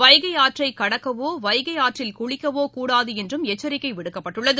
வைகைஆற்றைகடக்கவோ Vaigai ஆற்றில் குளிக்கவோகூடாதுஎன்றும் எச்சரிக்கைவிடுக்கப்பட்டுள்ளது